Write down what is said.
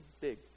big